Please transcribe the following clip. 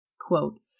Quote